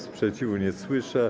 Sprzeciwu nie słyszę.